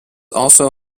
also